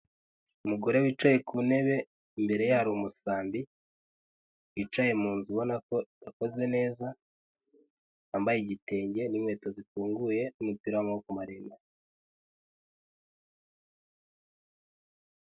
Umugore wicaye ku ntebe imbere ye hari umusambi wicaye mu nzu ubona ko idakoze neza wambaye igitenge n'inkweto zifunguye n'umupira w'amaboko maremare.